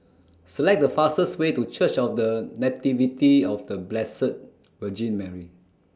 Select The fastest Way to Church of The Nativity of The Blessed Virgin Mary